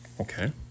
okay